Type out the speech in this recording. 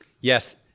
Yes